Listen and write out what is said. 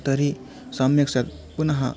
तर्हि सम्यक् स्यात् पुनः